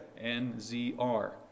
N-Z-R